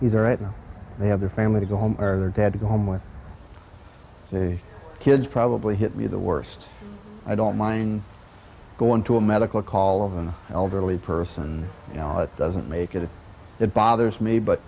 there right now they have their family to go home or their dad to go home with the kids probably hit me the worst i don't mind going to a medical call of an elderly person you know it doesn't make it if it bothers me but